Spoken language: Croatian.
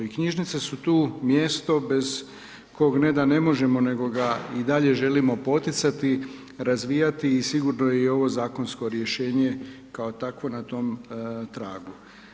I knjižnice su tu mjesto bez kog ne da ne možemo, nego ga i dalje želimo poticati, razvijati i sigurno je i ovo zakonsko rješenje kao takvo na tom tragu.